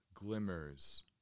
Glimmers